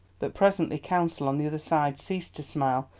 but presently counsel on the other side ceased to smile,